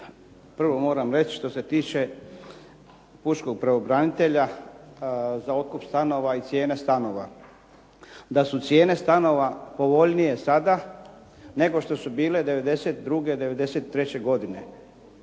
Prvo moram reći što se tiče pučkog pravobranitelja za otkup stanova i cijene stanova da su cijene stanova povoljnije sada nego što su bile 92., 93. godine.